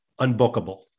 unbookable